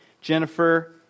Jennifer